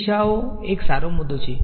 તે દિશાઓ એક સારો મુદ્દો છે